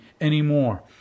anymore